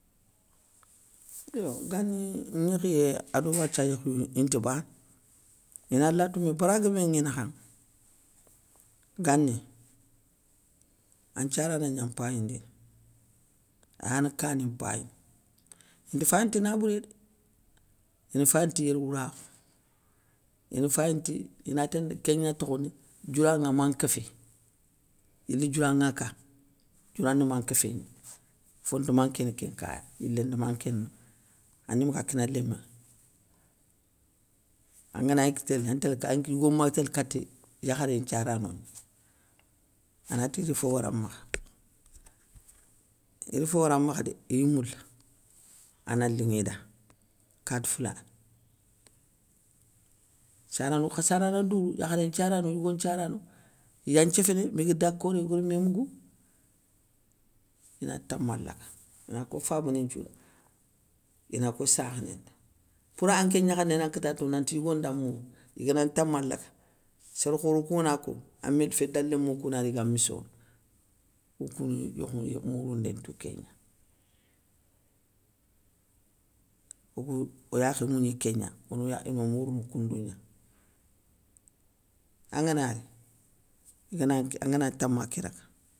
Yo gani gnékhiyé ado wathia yékhiyou inta bana, ina lato mé bara guébé nŋi nakhanŋa. Gani an nthiarana gna mpayindini aya na kani mpayini, inte fayini ti nabouré dé, ine fayini ti yérwourakhou, ine fayini ti inatande kégna tokhoni diouwanŋa man nkéfé, yili diouwa ŋa ka diouwanŋe man nkéfé gna, fonte mankéné kén nkara, yilé nte mankéné no, animouga kina léménŋa. Angana gni télé antél ka yigo may télé katéy, yakharé nthiarano gna, anati idi fo wora makha, ire fo wora makh dé iy moula, ana linŋida, kati foulané, sarano kha sarana dourou, yakharé nthiarano, yigo nthiarano, iya nthiéféné miga dakoré igar mé mougou, ina tama laga ina ko fabani nthiou da, ina ko sakhani nda, pour anké gnakhané nan kata tou nanti yigo nda mourou, igana ntama laga, sér khoro kou gana ko, améd féda lémou kou nari iga missono, koun kou ni yokhouŋa yokh mouroundé ntou kégna. Okou o yakhé nŋwougni kégna onoya ino mourounou koundou gna, angana riigana angana tama ké raga.